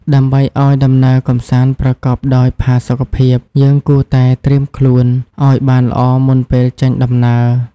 ដើម្បីឱ្យដំណើរកម្សាន្តប្រកបដោយផាសុកភាព យើងគួរតែ ត្រៀមខ្លួន ឱ្យបានល្អមុនពេលចេញដំណើរ។